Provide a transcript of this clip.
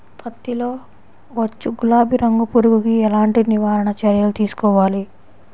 పత్తిలో వచ్చు గులాబీ రంగు పురుగుకి ఎలాంటి నివారణ చర్యలు తీసుకోవాలి?